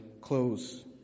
close